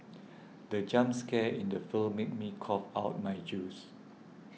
the jump scare in the film made me cough out my juice